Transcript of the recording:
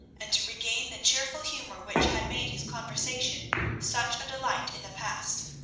and to regain the cheerful humour which had made his conversation such a delight in the past.